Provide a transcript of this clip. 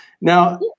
Now